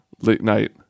late-night